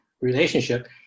relationship